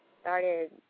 started